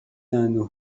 اندوه